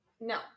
No